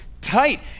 tight